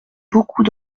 beaucoup